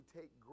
take